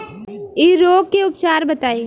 इ रोग के उपचार बताई?